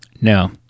No